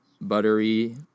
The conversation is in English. buttery